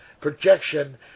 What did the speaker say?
projection